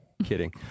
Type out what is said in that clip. kidding